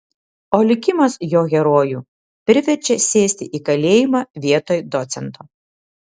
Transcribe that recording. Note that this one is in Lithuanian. o likimas jo herojų priverčia sėsti į kalėjimą vietoj docento